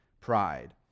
pride